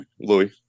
Louis